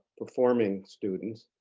performing students.